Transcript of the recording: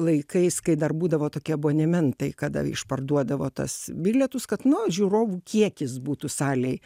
laikais kai dar būdavo tokie abonementai kada išparduodavo tas bilietus kad nu žiūrovų kiekis būtų salėj